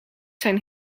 zijn